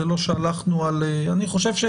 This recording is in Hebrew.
אני חושב,